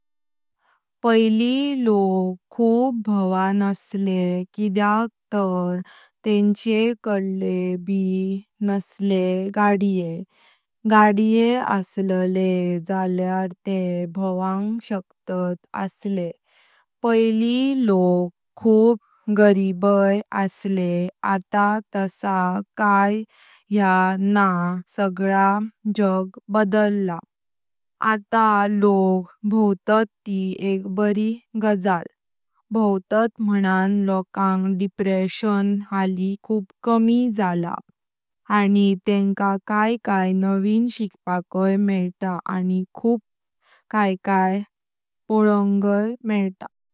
पहिली लोक खूप भावना सले, किद्यक तर तेंचे कड्ये ब नसले। गड्ये असलेले झाल्यार तेत भावांग शकतात असले। पहिली लोक खूप गरीबय असले। आता तस काय यां नं सगळा जग बदलला। आता लोक भावतात ती एक बरी गजल, भावतात मणण लोकांग डिप्रेशन हाळी खूप कमी झाला। आणि तेंका काय काय नवीन शिकपाकाय मेईता। आणि खूप किदे किदे पोलोंगुय मेईता।